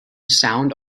sound